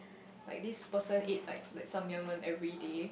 like this person eat like this Samyang one everyday